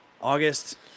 August